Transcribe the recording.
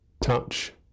touch